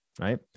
right